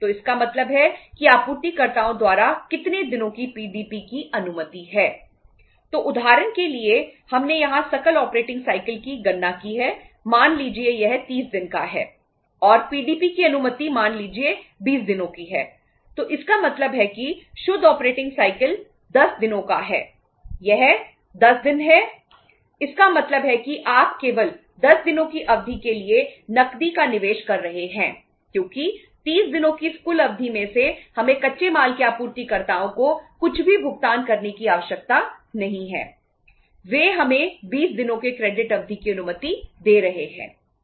तो उदाहरण के लिए हमने यहां सकल ऑपरेटिंग साइकिल अवधि की अनुमति दे रहे हैं